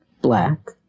black